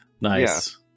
Nice